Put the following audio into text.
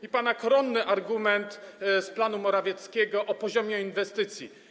I pana koronny argument z planu Morawieckiego, o poziomie inwestycji.